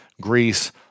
Greece